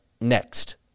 next